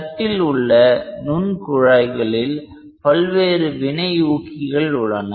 தட்டில் உள்ள நுண் குழாய்களில் பல்வேறு வினையூக்கிகள் உள்ளன